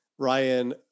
Ryan